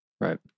right